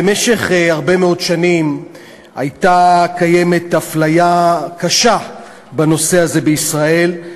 במשך הרבה מאוד שנים הייתה קיימת אפליה קשה בנושא הזה בישראל.